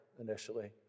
initially